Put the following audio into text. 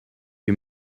you